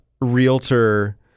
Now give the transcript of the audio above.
realtor